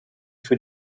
für